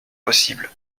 possibles